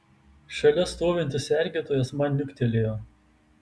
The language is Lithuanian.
šalia stovintis sergėtojas man niuktelėjo